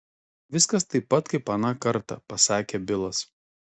viskas taip pat kaip aną kartą pasakė bilas